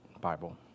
Bible